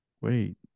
wait